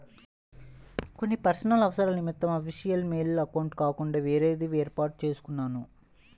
కొన్ని పర్సనల్ అవసరాల నిమిత్తం అఫీషియల్ మెయిల్ అకౌంట్ కాకుండా వేరేది వేర్పాటు చేసుకున్నాను